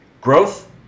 Growth